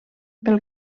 pel